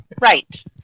Right